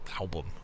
album